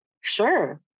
sure